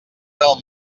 del